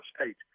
state